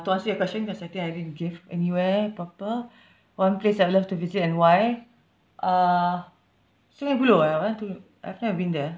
to answer your question cause I think I didn't give anywhere proper one place I'd love to visit and why uh sungei buloh I want to I've never been there